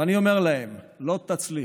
ואני אומר להם: לא תצליחו.